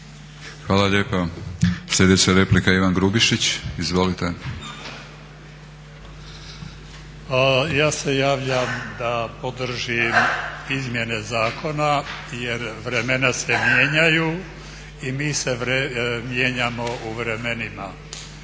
Hvala lijepa. Sljedeća replika, Ivan Grubišić. Izvolite. **Grubišić, Ivan (Nezavisni)** Ja se javljam da podržim izmjene zakona, jer vremena se mijenjaju i mi se mijenjamo u vremenima.